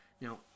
Now